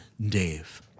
Dave